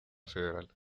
federal